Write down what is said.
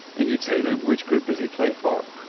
and you'd say which group does he play for?